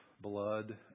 blood